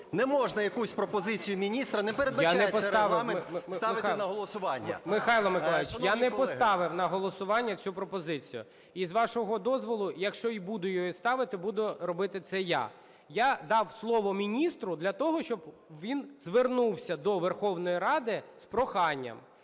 Не можна якусь пропозицію міністра, не передбачає це Регламент ставити на голосування. ГОЛОВУЮЧИЙ. Я не поставив, Михайло... Михайло Миколайович, я не поставив на голосування цю пропозицію. І з вашого дозволу, якщо і буду його ставити, буду робити це я. Я дав слово міністру для того, щоб він звернувся до Верховної Ради з проханням.